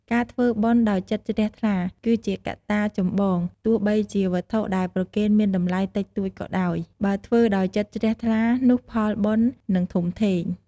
ការធ្វើបុណ្យដោយចិត្តជ្រះថ្លា គឺជាកត្តាចម្បងទោះបីជាវត្ថុដែលប្រគេនមានតម្លៃតិចតួចក៏ដោយ បើធ្វើដោយចិត្តជ្រះថ្លា នោះផលបុណ្យនឹងធំធេង។